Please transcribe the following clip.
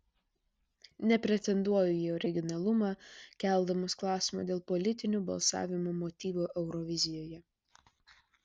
nepretenduoju į originalumą keldamas klausimą dėl politinių balsavimo motyvų eurovizijoje